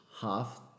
half